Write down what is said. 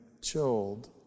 chilled